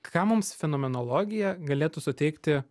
ką mums fenomenologija galėtų suteikti